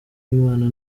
imana